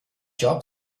job